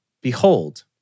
behold